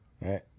Right